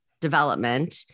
development